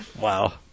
wow